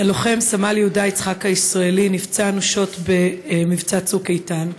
הלוחם סמל יהודה יצחק הישראלי נפצע אנושות במבצע "צוק איתן",